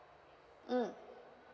mm